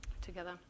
together